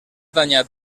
danyat